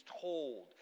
told